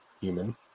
human